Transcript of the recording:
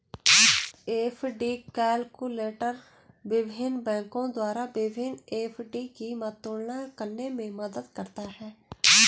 FD calculator विभिन्न बैंकों द्वारा विभिन्न एफ.डी की तुलना करने में मदद करता है